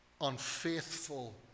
unfaithful